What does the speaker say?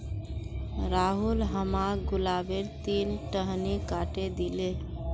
राहुल हमाक गुलाबेर तीन टहनी काटे दिले